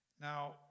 Now